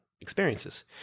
experiences